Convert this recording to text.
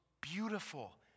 beautiful